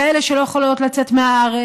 כאלה שלא יכולות לצאת מהארץ,